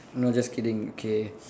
no just kidding okay